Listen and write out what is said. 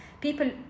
people